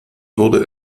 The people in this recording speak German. wurde